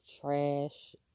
trash